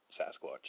Sasquatch